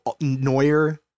Neuer